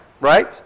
right